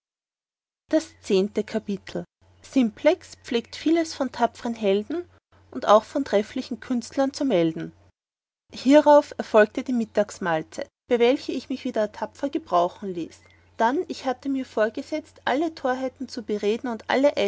das zehnte kapitel simplex pflegt vieles von tapferen helden und auch von trefflichen künstlern zu melden hierauf erfolgte die mittagsmahlzeit bei welcher ich mich wieder tapfer gebrauchen ließ dann ich hatte mir vorgesetzt alle torheiten zu bereden und alle